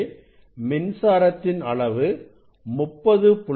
எனில் மின்சாரத்தின் அளவு 30